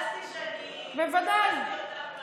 התבאסתי שאני פספסתי אותך,